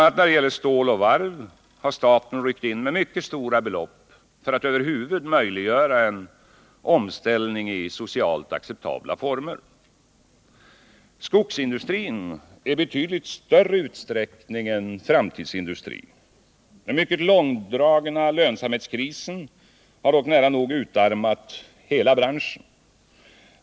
a. när det gäller stål och varv har staten ryckt in med mycket stora belopp för att över huvud taget möjliggöra en omställning i socialt acceptabla former. Skogsindustrin är i betydligt större utsträckning en framtidsindustri. Den mycket långdragna lönsamhetskrisen har dock nära nog utarmat hela branschen.